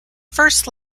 first